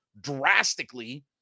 drastically